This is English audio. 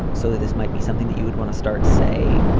um so this might be something that you would want to start, say,